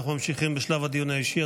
אנחנו ממשיכים בשלב הדיון האישי.